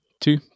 Two